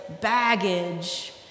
baggage